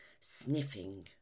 sniffing